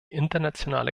internationale